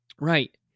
right